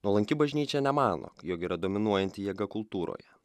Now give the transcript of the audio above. nuolanki bažnyčia nemano jog yra dominuojanti jėga kultūroje